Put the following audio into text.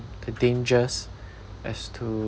the dangers as to